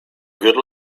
good